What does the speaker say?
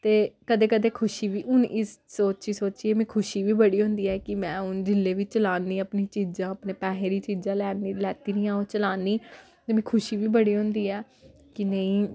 ते कदें कदें खुशी बी हून इस सोची सोचियै मिगी खुशी बी बड़ी होंदी ऐ कि में हून जेल्लै बी चलानी अपनी चीजां अपने पैहे दी चीजां लैनी लैती दियां ओह् चलानी ते मिगी खुशी बी बड़ी होंदी ऐ कि नेईं